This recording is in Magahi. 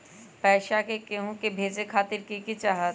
पैसा के हु के भेजे खातीर की की चाहत?